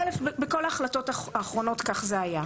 בכל ההחלטות האחרונות כך זה היה.